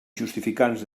justificants